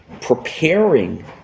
preparing